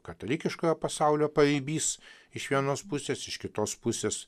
katalikiškojo pasaulio paribys iš vienos pusės iš kitos pusės